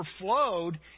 overflowed